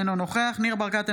אינו נוכח ניר ברקת,